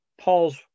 Paul's